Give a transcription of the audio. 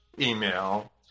email